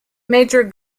major